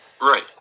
Right